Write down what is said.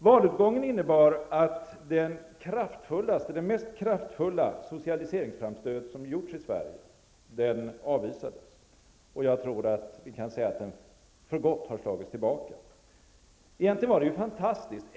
Valutgången innebär att den mest kraftfulla socialiseringsframstöt som gjorts i Sverige har avvisats. Jag tror att vi kan säga att den för gott har slagits tillbaka. Det var egentligen fantastiskt!